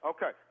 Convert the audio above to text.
Okay